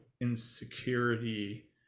insecurity